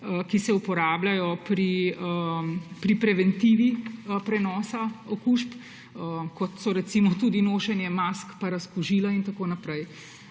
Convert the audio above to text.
ki se uporabljajo pri preventivi prenosa okužb, kot so recimo tudi nošenje mask pa razkužila in tako naprej.